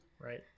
right